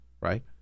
right